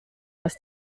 was